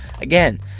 Again